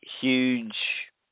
huge